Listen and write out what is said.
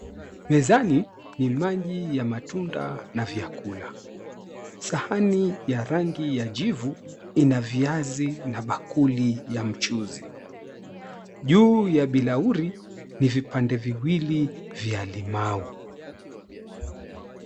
Mezani ni maji ya matunda na vyakula. Sahani ya rangi ya jivu ina viazi na bakuli ya mchuuzi. Juu ya bilauri ni vipande viwili vya limau.